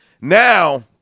now